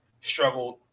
struggled